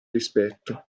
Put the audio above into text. rispetto